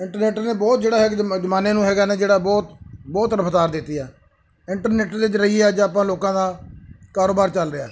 internet ਨੇ ਬਹੁਤ ਜਿਹੜਾ ਹੈ ਜ ਜ਼ਮਾਨੇ ਨੂੰ ਹੈਗਾ ਨਾ ਜਿਹੜਾ ਬਹੁਤ ਬਹੁਤ ਰਫਤਾਰ ਦਿੱਤੀ ਆ ਇੰਟਰਨੈਟ ਦੇ ਜ਼ਰੀਏ ਅੱਜ ਆਪਾਂ ਲੋਕਾਂ ਦਾ ਕਾਰੋਬਾਰ ਚੱਲ ਰਿਹਾ